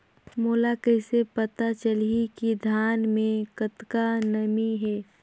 मोला कइसे पता चलही की धान मे कतका नमी हे?